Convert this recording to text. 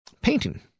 Painting